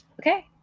Okay